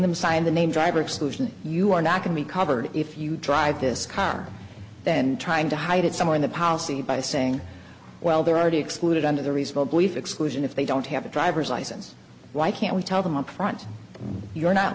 them sign the name driver exclusion you are not can be covered if you drive this car then trying to hide it somewhere in the policy by saying well they're already excluded under the reasonable belief exclusion if they don't have a drivers license why can't we tell them upfront that you're not